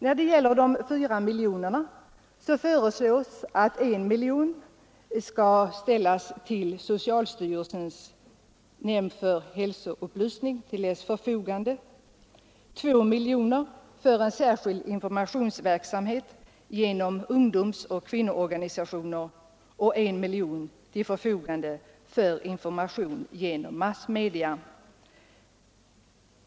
När det gäller de 4 miljonerna föreslås att I miljon skall ställas till förfogande för socialstyrelsens nämnd för hälsoupplysning, 2 miljoner för en särskild informationsverksamhet genom ungdomsoch kvinnoorganisationer och 1 miljon för information genom massmedia.